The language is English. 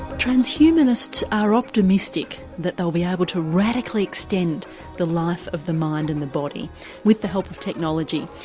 transhumanists are optimistic that they'll be able to radically extend the life of the mind and the body with the help of technology.